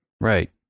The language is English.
Right